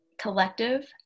collective